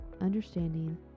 understanding